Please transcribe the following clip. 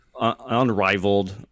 unrivaled